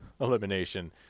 elimination